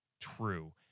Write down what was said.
true